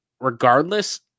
regardless